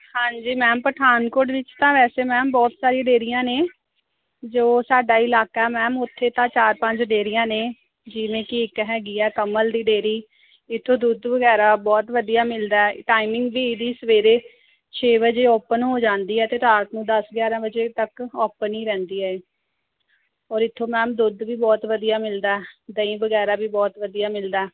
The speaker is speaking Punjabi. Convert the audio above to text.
ਹਾਂਜੀ ਮੈਮ ਪਠਾਨਕੋਟ ਵਿੱਚ ਤਾਂ ਵੈਸੇ ਮੈਮ ਬਹੁਤ ਸਾਰੀ ਡੇਅਰੀਆਂ ਨੇ ਜੋ ਸਾਡਾ ਇਲਾਕਾ ਮੈਮ ਉੱਥੇ ਤਾਂ ਚਾਰ ਪੰਜ ਡੇਅਰੀਆਂ ਨੇ ਜਿਵੇਂ ਕਿ ਇੱਕ ਹੈਗੀ ਆ ਕਮਲ ਦੀ ਡੇਅਰੀ ਇਥੋਂ ਦੁੱਧ ਵਗੈਰਾ ਬਹੁਤ ਵਧੀਆ ਮਿਲਦਾ ਟਾਈਮਿੰਗ ਵੀ ਇਹਦੀ ਸਵੇਰੇ ਛੇ ਵਜੇ ਓਪਨ ਹੋ ਜਾਂਦੀ ਹੈ ਅਤੇ ਰਾਤ ਨੂੰ ਦੱਸ ਗਿਆਰਾਂ ਵਜੇ ਤੱਕ ਓਪਨ ਹੀ ਰਹਿੰਦੀ ਹੈ ਇਹ ਔਰ ਇੱਥੋਂ ਮੈਮ ਦੁੱਧ ਵੀ ਬਹੁਤ ਵਧੀਆ ਮਿਲਦਾ ਦਹੀਂ ਵਗੈਰਾ ਵੀ ਬਹੁਤ ਵਧੀਆ ਮਿਲਦਾ